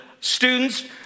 students